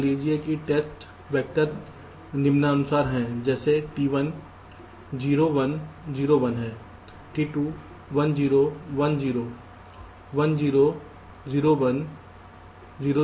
मान लीजिए कि टेस्ट वैक्टर निम्नानुसार हैं जैसे T1 0 1 0 1 है T2 1 1 0 0 1 0 0 1 0 0 1 1 है